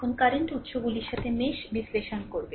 সুতরাং এখন কারেন্ট উৎসগুলির সাথে মেশ বিশ্লেষণ করবে